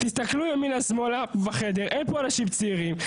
תסתכלו ימינה ושמאלה בחדר, אין פה אנשים צעירים.